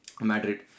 Madrid